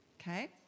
okay